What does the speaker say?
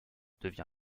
devient